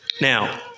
Now